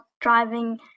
driving